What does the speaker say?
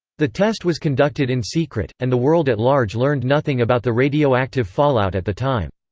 the test was conducted in secret, and the world at large learned nothing about the radioactive fallout at the time.